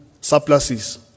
surpluses